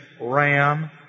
ram